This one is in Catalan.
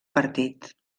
partit